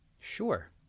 Sure